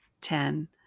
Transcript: Ten